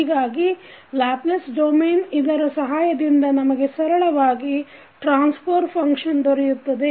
ಹೀಗಾಗಿ ಲ್ಯಾಪ್ಲೇಸ ಡೊಮೆನಲ್ಲಿ ಇದರ ಸಹಾಯದಿಂದ ನಮಗೆ ಸರಳವಾಗಿ ಟ್ರಾನ್ಸಫರ್ ಫಂಕ್ಷನ್ ದೊರೆಯುತ್ತದೆ